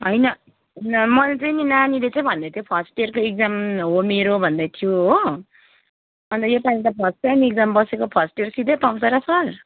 होइन मैले चाहिँ नि नानीले चाहिँ भन्दै थियो फर्स्ट इयरको एक्जाम हो मेरो भन्दै थियो हो अन्त योपालि त फर्स्ट टाइम एक्जाम बसेको फर्स्ट इयर सिधै पाउँछ र सर